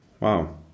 wow